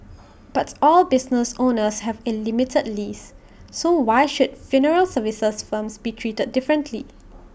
but all business owners have A limited lease so why should funeral services firms be treated differently